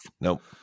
nope